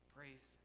Praise